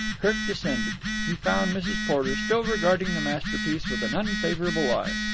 kirk descended. he found mrs. porter still regarding the masterpiece with an unfavourable eye.